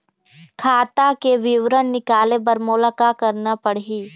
खाता के विवरण निकाले बर मोला का करना पड़ही?